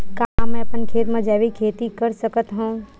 का मैं अपन खेत म जैविक खेती कर सकत हंव?